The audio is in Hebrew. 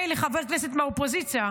מילא חבר כנסת מהאופוזיציה,